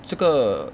这个